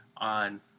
on